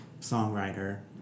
songwriter